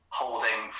holding